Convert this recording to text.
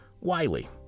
Wiley